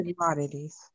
commodities